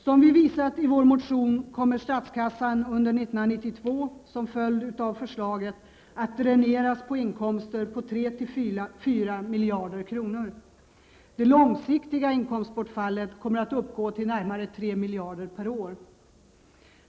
Som vi har visat i vår motion kommer statskassan under 1992 som en följd av förslaget att dräneras på inkomster på 3--4 miljarder kronor. Det långsiktiga inkomstbortfallet kommer att uppgå till närmare 3 miljarder per år.